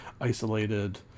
isolated